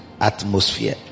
atmosphere